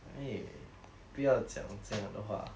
eh 不要讲这样的话